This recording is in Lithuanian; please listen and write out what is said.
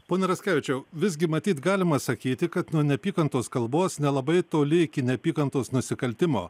pone raskevičiau visgi matyt galima sakyti kad nuo neapykantos kalbos nelabai toli iki neapykantos nusikaltimo